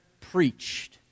preached